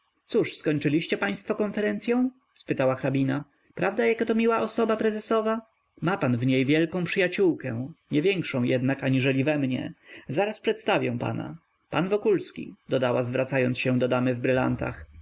cóż skończyliście państwo konferencyą spytała hrabina prawda jakato miła osoba prezesowa ma pan w niej wielką przyjaciółkę niewiększą jednak aniżeli we mnie zaraz przedstawię pana pan wokulski dodała zwracając się do damy w brylantach